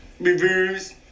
Reviews